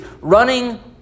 Running